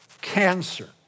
cancer